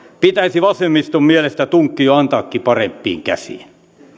pitäisi vasemmiston mielestä tunkki jo antaakin parempiin käsiin